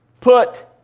put